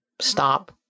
stop